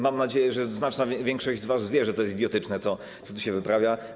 Mam nadzieję, że znaczna większość z was wie, że to jest idiotyczne, co tu się wyprawia.